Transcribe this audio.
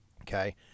Okay